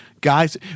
Guys